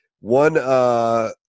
One